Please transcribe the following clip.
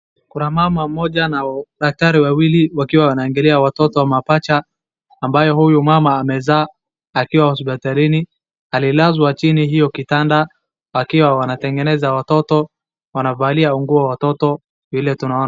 Kuna mmama mmoja na daktari wawili wakiwa wana angalia watoto mapacha ambaye huyu mama amezaa. Akiwa hospitalini alilazwa chini hiyo kitanda wakiwa wanatengeneza watoto wanavalia nguo watoto vile tunaona.